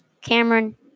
Cameron